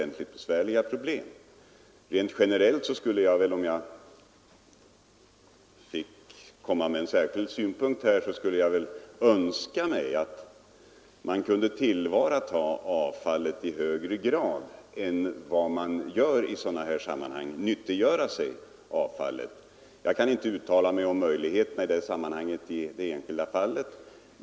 Rent generellt skulle jag önska att man kunde tillvarata och nyttiggöra avfallet i högre grad än man nu gör. Jag kan inte uttala mig om möjligheterna därtill i det enskilda fallet.